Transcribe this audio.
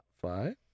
Five